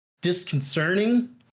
disconcerting